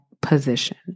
position